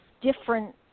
different